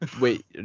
wait